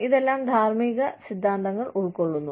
ഇതെല്ലാം ധാർമ്മിക സിദ്ധാന്തങ്ങൾ ഉൾക്കൊള്ളുന്നു